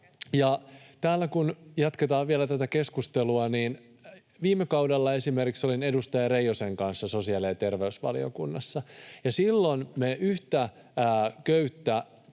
— kun jatketaan vielä tätä keskustelua — viime kaudella esimerkiksi olin edustaja Reijosen kanssa sosiaali- ja terveysvaliokunnassa, ja silloin me yhtä köyttä